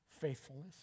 faithfulness